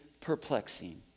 perplexing